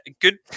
good